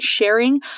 sharing